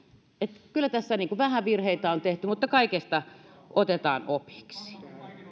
että kyllä tässä vähän virheitä on tehty mutta kaikesta otetaan opiksi